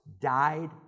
died